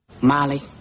Molly